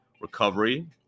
Recovery